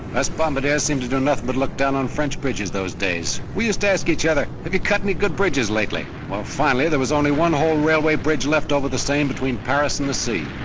us bombardiers seemed to do nothing but look down on french bridges those days. we used to ask each other, have you cut any good bridges lately? well, finally there was only one whole railway bridge left over the seine between paris and the sea.